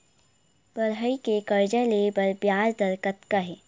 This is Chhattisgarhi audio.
पढ़ई के कर्जा ले बर ब्याज दर कतका हे?